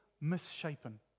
misshapen